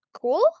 Cool